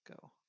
Go